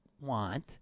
want